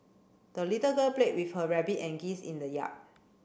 the little girl played with her rabbit and geese in the yard